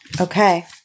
Okay